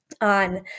on